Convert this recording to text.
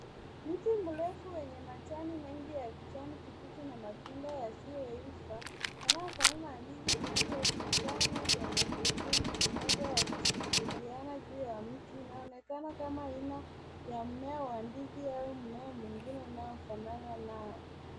Mti mrefu wenye majani mengi ya kijani kibichi na matunda yasiyoiva yanayofanana na ndizi zinzazoshikana kwenye kikundi kimoja yakishikiliana juu ya mti. Inaonekana kama aina ya mmea wa ndizi ama mmea mwingine inayofanana nao.